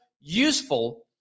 useful